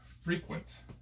frequent